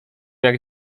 jak